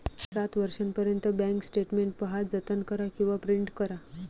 सात वर्षांपर्यंत bank statement पहा, जतन करा किंवा प्रिंट करा